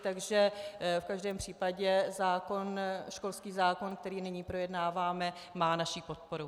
Takže v každém případě školský zákon, který nyní projednáváme, má naši podporu.